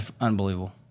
Unbelievable